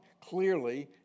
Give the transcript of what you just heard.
clearly